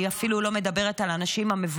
אני אפילו לא מדברת על האנשים המבוגרים.